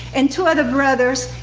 and two other brothers,